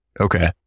Okay